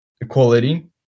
equality